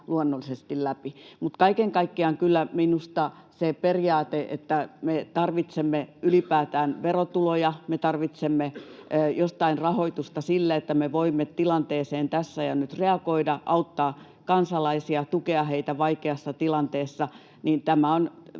luonnollisesti läpi. Mutta kyllä minusta kaiken kaikkiaan siihen periaatteeseen, että me tarvitsemme ylipäätään verotuloja ja että me tarvitsemme jostain rahoitusta sille, että me voimme tilanteeseen tässä ja nyt reagoida, auttaa kansalaisia, tukea heitä vaikeassa tilanteessa, tämä on